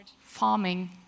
farming